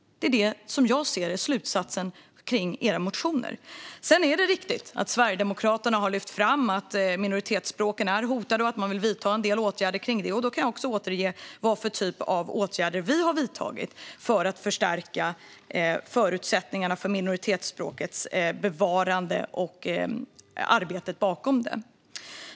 Det är vad jag ser är slutsatsen där. Sedan är det riktigt att Sverigedemokraterna har lyft fram att minoritetsspråken är hotade och att man vill vidta en del åtgärder mot detta. Jag kan då återge vilken typ av åtgärder vi har vidtagit för att förstärka förutsättningarna för minoritetsspråkens bevarande och arbetet bakom det.